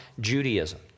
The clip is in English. Judaism